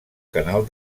canal